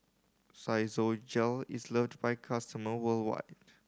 Physiogel is loved by it customer worldwide